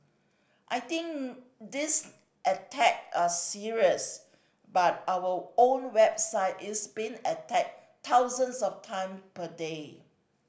I think these attack are serious but our own website is being attacked thousands of time per day